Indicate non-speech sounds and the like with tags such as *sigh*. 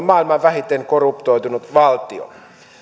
*unintelligible* maailman vähiten korruptoitunut valtio